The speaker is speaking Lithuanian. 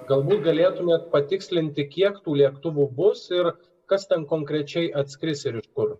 galbūt galėtumėt patikslinti kiek tų lėktuvų bus ir kas ten konkrečiai atskris ir iš kur